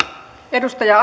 edustaja